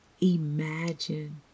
imagine